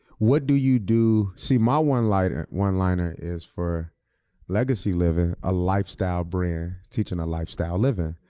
what do you do, see, my one liner one liner is, for legacy living, a lifestyle brand teaching a lifestyle living.